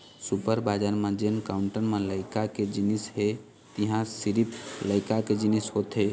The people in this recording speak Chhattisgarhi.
सुपर बजार म जेन काउंटर म लइका के जिनिस हे तिंहा सिरिफ लइका के जिनिस होथे